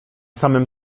samym